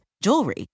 jewelry